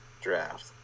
draft